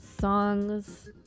songs